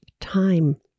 time